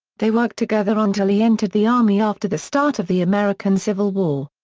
they worked together until he entered the army after the start of the american civil war.